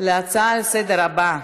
להצעה לסדר-היום הבאה: